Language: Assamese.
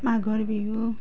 মাঘৰ বিহু